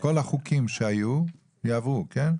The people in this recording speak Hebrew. כל החוקים שהיו, יעברו, כן?